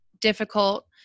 difficult